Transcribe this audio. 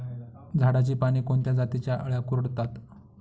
झाडाची पाने कोणत्या जातीच्या अळ्या कुरडतात?